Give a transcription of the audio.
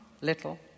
little